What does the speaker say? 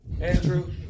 Andrew